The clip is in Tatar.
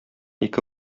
ике